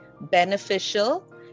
beneficial